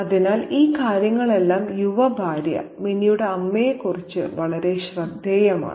അതിനാൽ ഈ കാര്യങ്ങളെല്ലാം യുവ ഭാര്യമിനിയുടെ അമ്മയെക്കുറിച്ച് വളരെ ശ്രദ്ധേയമാണ്